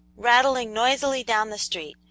rattling noisily down the street,